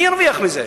מי ירוויח מזה?